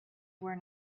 were